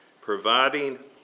providing